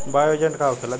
Bio agent का होखेला?